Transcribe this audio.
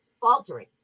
faltering